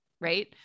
right